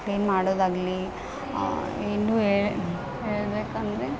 clean ಮಾಡೋದಾಗಲಿ ಇನ್ನೂ ಏ ಹೇಳಬೇಕಂದ್ರೆ